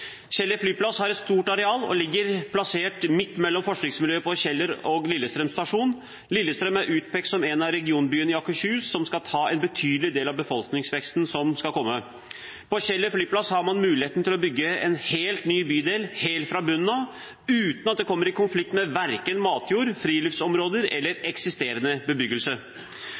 Kjeller flyplass har et stort areal og ligger plassert midt mellom forskningsmiljøet på Kjeller og Lillestrøm stasjon. Lillestrøm er utpekt som en av regionbyene i Akershus som skal ta en betydelig del av befolkningsveksten som skal komme. På Kjeller flyplass har man muligheten til å bygge en helt ny bydel, helt fra bunnen av, uten at det kommer i konflikt med verken matjord, friluftsområder eller eksisterende bebyggelse.